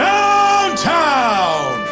Downtown